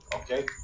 Okay